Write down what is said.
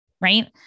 right